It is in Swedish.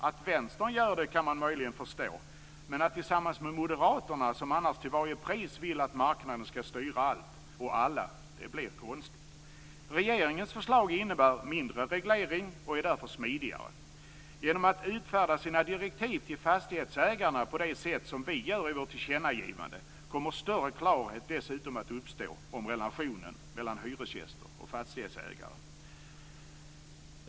Att vänstern gör det kan man möjligen förstå, men att man gör det tillsammans med moderaterna, som annars till varje pris vill att marknaden skall styra allt och alla, blir konstigt. Regeringens förslag innebär mindre reglering och är därför smidigare. Genom att utfärda sina direktiv till fastighetsägarna på det sätt som vi gör i vårt tillkännagivande kommer större klarhet dessutom att uppstå om relationen mellan hyresgäster och fastighetsägare.